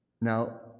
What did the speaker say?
Now